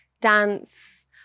dance